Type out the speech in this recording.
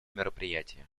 мероприятия